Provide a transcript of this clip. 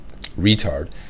retard